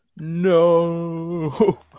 No